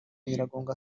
nyiragongo